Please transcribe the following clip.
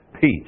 peace